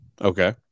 Okay